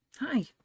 Hi